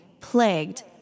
plagued